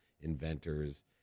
inventors